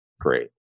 great